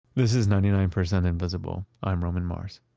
this is ninety nine percent invisible. i'm roman mars